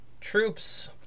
troops